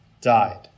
died